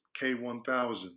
K1000